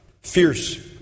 Fierce